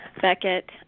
Beckett